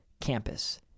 campus